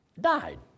died